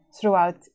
throughout